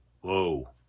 whoa